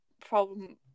problem